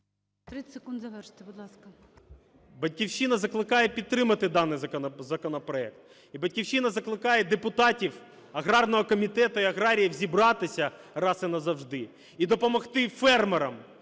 "Батьківщина" закликає підтримати даний законопроект. І "Батьківщина" закликає депутатів аграрного комітету і аграріїв зібратися раз і назавжди - і допомогти фермерам